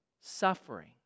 suffering